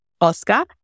Oscar